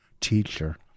teacher